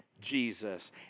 Jesus